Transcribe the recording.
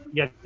Yes